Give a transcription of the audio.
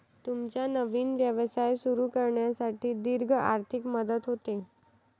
तुमचा नवीन व्यवसाय सुरू करण्यासाठी दीर्घ आर्थिक मदत होते